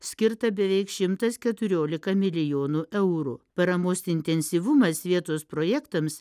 skirta beveik šimtas keturiolika milijonų eurų paramos intensyvumas vietos projektams